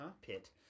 pit